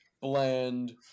bland